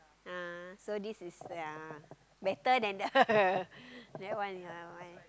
ah so this is the yeah better than that that one that one